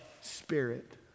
spirit